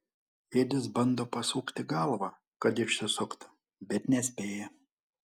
edis bando pasukti galvą kad išsisuktų bet nespėja